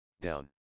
down